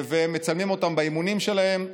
ומצלמים אותם באימונים שלהם.